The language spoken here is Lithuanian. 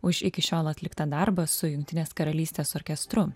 už iki šiol atliktą darbą su jungtinės karalystės orkestru